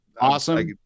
awesome